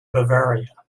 bavaria